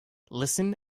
listen